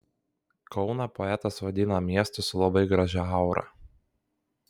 kauną poetas vadina miestu su labai gražia aura